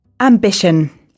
Ambition